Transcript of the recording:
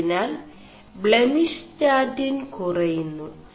അതിനാൽ മിഷ് ¶ാിൻ കുറയുMു